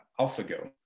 AlphaGo